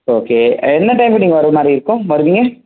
okay என்ன time நீங்கள் வர்ற மாதிரி இருக்கும் வருவீங்க